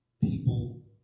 people